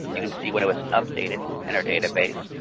you can see when it was updated in our database,